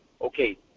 Okay